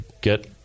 get